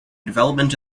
development